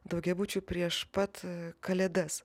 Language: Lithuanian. daugiabučių prieš pat kalėdas